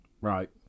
Right